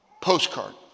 postcard